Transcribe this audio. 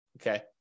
okay